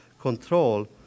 control